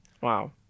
Wow